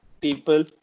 people